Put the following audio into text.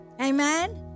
Amen